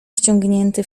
wciągnięty